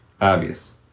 Obvious